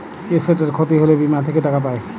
এসেটের খ্যতি হ্যলে বীমা থ্যাকে টাকা পাই